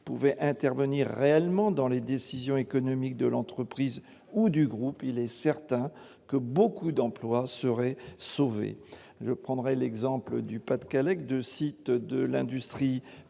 pouvaient intervenir réellement dans les décisions économiques de l'entreprise ou du groupe, il est certain que beaucoup d'emplois seraient sauvés. Dans le Pas-de-Calais, par exemple, deux sites de l'industrie